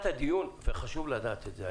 חשוב לדעת את זה,